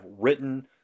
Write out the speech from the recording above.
written